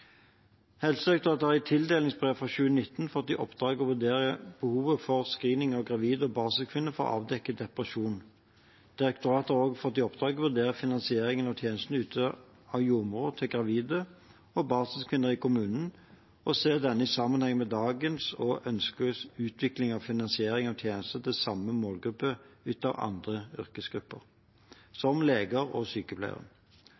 Helsedirektoratet har i tildelingsbrev for 2019 fått i oppdrag å vurdere behovet for screening av gravide og barselkvinner for å avdekke depresjon. Direktoratet har også fått i oppdrag å vurdere finansieringen av tjenesten ytt av jordmor til gravide og barselkvinner i kommunen, og se den i sammenheng med dagens, og ønsket, utvikling og finansiering av tjenesten til samme målgruppe, ytt av andre yrkesgrupper